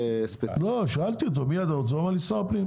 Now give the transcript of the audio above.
לא, שאלתי אותו הוא אמר שר הפנים,